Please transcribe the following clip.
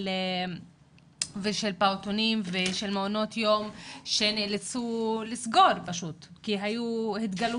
פעוטונים ומעונות יום שנאלצו לסגור כי התגלו